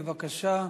בבקשה.